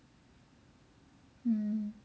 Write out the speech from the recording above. hmm